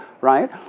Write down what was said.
right